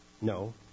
No